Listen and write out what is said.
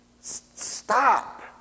Stop